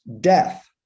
death